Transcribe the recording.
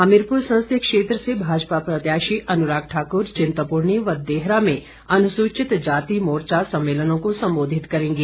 हमीरपुर संसदीय क्षेत्र से भाजपा प्रत्याशी अनुराग ठाक्र चिंतपूर्णी व देहरा में अनुसूचित जाति मोर्चा सम्मेलनों को संबोधित करेंगे